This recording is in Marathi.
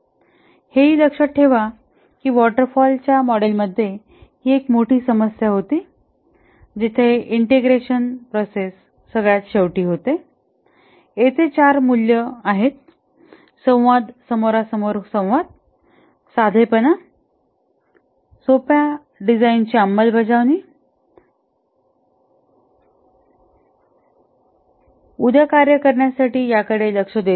हेही लक्षात ठेवा की वॉटर फॉल च्या मॉडेलमध्ये ही एक मोठी समस्या होती जिथे ईंटेग्रेशन प्रोसेस शेवटी होते येथे चार मूल्ये आहेत संवाद समोरासमोर संवाद साधेपणा सोप्या डिझाईनची अंमलबजावणी उद्या कार्य करण्यासाठी याकडे लक्ष देत नाही